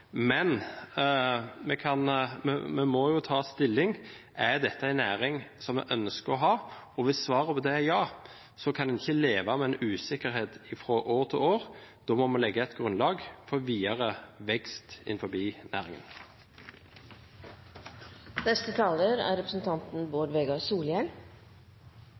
men vi må ta stilling til om dette er en næring som vi ønsker å ha. Hvis svaret på det er ja, kan vi ikke leve med en usikkerhet fra år til år. Da må vi legge et grunnlag for videre vekst innenfor næringen. Politikken er full av vanskelege spørsmål med store nyanser som det er